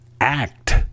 act